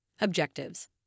Objectives